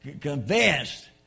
convinced